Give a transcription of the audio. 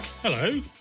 Hello